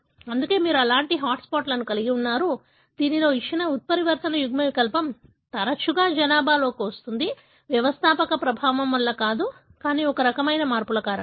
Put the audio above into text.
అందుకే మీరు అలాంటి హాట్ స్పాట్లను కలిగి ఉన్నారు దీనిలో ఇచ్చిన ఉత్పరివర్తన యుగ్మవికల్పం తరచుగా జనాభాలోకి వస్తుంది వ్యవస్థాపక ప్రభావం వల్ల కాదు కానీ ఈ రకమైన మార్పుల కారణంగా